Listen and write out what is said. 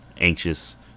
anxious